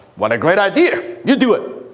what a great idea! you do it!